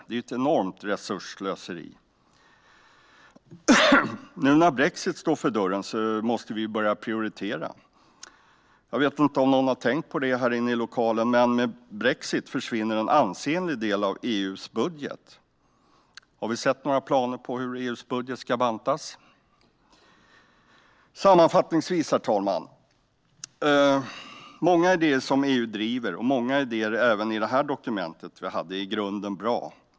Det är ett enormt resursslöseri. Nu när brexit står för dörren måste vi börja prioritera. Jag vet inte om någon här inne i lokalen har tänkt på det, men i och med brexit försvinner en ansenlig del av EU:s budget. Har vi sett några planer på hur EU:s budget ska bantas? Sammanfattningsvis, herr talman: Många idéer som EU driver, och många idéer även i detta dokument, är i grunden bra.